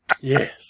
Yes